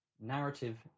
narrative